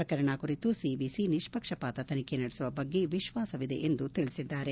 ಪ್ರಕರಣ ಕುರಿತು ಸಿವಿಸಿ ನಿಷ್ಷಕ್ಷಪಾತ ತನಿಖೆ ನಡೆಸುವ ಬಗ್ಗೆ ವಿಶ್ವಾಸವಿದೆ ಎಂದು ತಿಳಿಸಿದ್ದಾರೆ